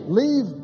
leave